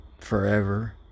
forever